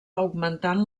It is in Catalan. augmentant